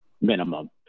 minimum